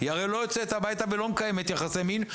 הרי היא לא יוצאת הביתה ולא מקיימת יחסי מין,